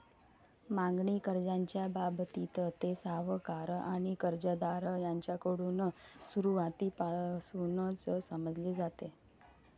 मागणी कर्जाच्या बाबतीत, ते सावकार आणि कर्जदार यांच्याकडून सुरुवातीपासूनच समजले जाते